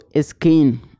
skin